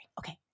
okay